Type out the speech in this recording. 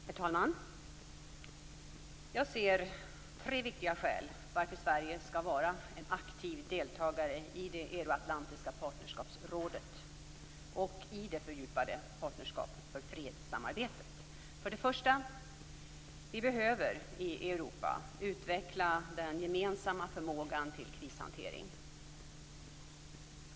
Herr talman! Jag ser tre viktiga skäl till varför Sverige skall vara en aktiv deltagare i det euroatlantiska partnerskapsrådet, EAPR, och i det fördjupade samarbetet inom Partnerskap för fred. För det första: Vi behöver i Europa utveckla den gemensamma förmågan till krishantering.